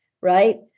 right